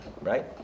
right